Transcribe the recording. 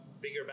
bigger